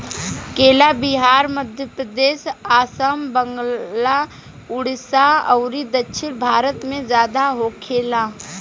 केला बिहार, मध्यप्रदेश, आसाम, बंगाल, उड़ीसा अउरी दक्षिण भारत में ज्यादा होखेला